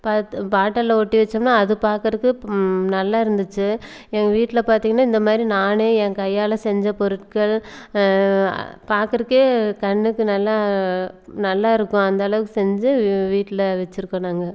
பாத் பாட்டிலில் ஒட்டி வைச்சோம்னா அது பார்க்கறக்கு நல்லாயிருந்துச்சு எங்கள் வீட்டில் பார்த்தீங்கன்னா இந்தமாதிரி நானே என் கையால் செஞ்ச பொருட்கள் பார்க்கறக்கே கண்ணுக்கு நல்லா நல்லாயிருக்கும் அந்தளவுக்கு செஞ்சு வீ வீட்டில் வெச்சுருக்கோம் நாங்கள்